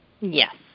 Yes